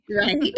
Right